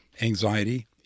anxiety